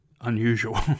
unusual